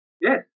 yes